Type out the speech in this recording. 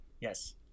Yes